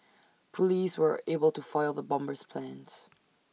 Police were able to foil the bomber's plans